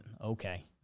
okay